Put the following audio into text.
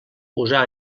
usar